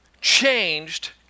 changed